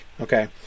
okay